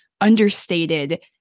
understated